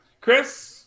Chris